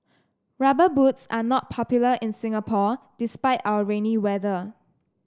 rubber boots are not popular in Singapore despite our rainy weather